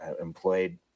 employed